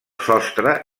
sostre